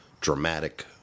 dramatic